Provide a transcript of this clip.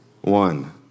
One